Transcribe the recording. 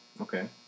okay